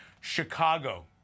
Chicago